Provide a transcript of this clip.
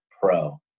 pro